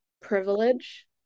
privilege